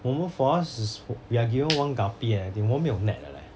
我们 for us is we are given one guppy eh 我们没有 net 的 leh